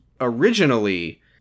originally